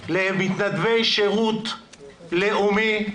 למתנדבי שירות לאומי,